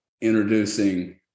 introducing